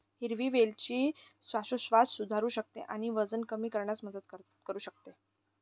हिरवी वेलची श्वासोच्छवास सुधारू शकते आणि वजन कमी करण्यास मदत करू शकते